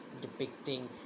depicting